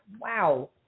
wow